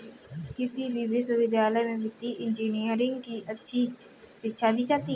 किसी भी विश्वविद्यालय में वित्तीय इन्जीनियरिंग की अच्छी शिक्षा दी जाती है